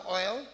oil